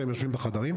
והם יושבים בחדרים.